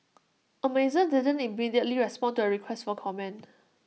Amazon didn't immediately respond to A request for comment